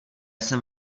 jsem